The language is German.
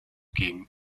gegen